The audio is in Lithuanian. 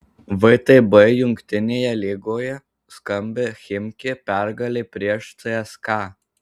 vtb jungtinėje lygoje skambi chimki pergalė prieš cska